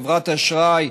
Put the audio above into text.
חברת אשראי,